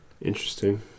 Interesting